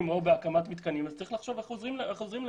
או בהקמת מתקנים אז צריך לחשוב איך עוזרים להם.